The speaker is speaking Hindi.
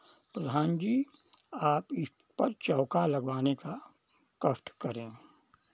प्रधान जी आप इस पर चौका लगवाने का कष्ट करें